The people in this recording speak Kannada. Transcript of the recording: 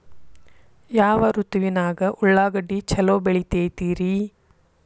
ಯಾವ ಋತುವಿನಾಗ ಉಳ್ಳಾಗಡ್ಡಿ ಛಲೋ ಬೆಳಿತೇತಿ ರೇ?